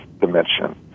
dimension